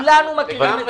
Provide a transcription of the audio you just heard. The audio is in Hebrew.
כולנו מכירים את זה.